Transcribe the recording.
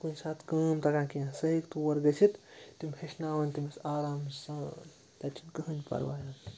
کُنہِ ساتہٕ کٲم تَگان کیٚنٛہہ سُہ ہیٚکہِ تور گٔژھِتھ تِم ہیٚچھناویٚن تٔمِس آرام سان تَتہِ چھِنہٕ کٕہٲنۍ پَرواے